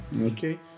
Okay